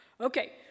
okay